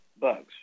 bugs